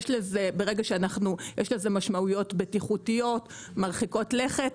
יש לזה משמעויות בטיחותיות מרחיקות לכת.